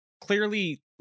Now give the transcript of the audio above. Clearly